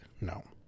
No